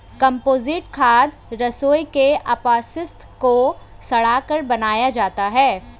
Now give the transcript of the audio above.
compost खाद रसोई के अपशिष्ट को सड़ाकर बनाया जाता है